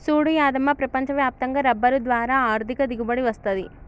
సూడు యాదమ్మ ప్రపంచ వ్యాప్తంగా రబ్బరు ద్వారా ఆర్ధిక దిగుబడి వస్తది